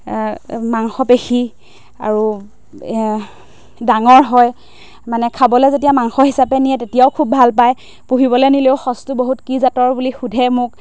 মাংসপেশী আৰু ডাঙৰ হয় মানে খাবলৈ যেতিয়া মাংস হিচাপে নিয়ে তেতিয়াও খুব ভাল পায় পুহিবলৈ নিলেও সঁচটো বহুত কি জাতৰ বুলি সোধে মোক